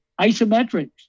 Isometrics